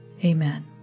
Amen